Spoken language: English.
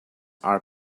are